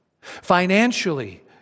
Financially